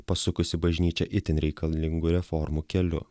pasukusi bažnyčią itin reikalingų reformų keliu